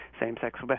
Same-sex